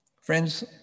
Friends